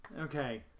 Okay